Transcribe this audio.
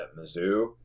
Mizzou